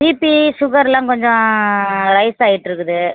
BP ஷுகர்லாம் கொஞ்சம் rise ஆகிட்ருக்குது